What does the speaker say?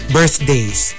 birthdays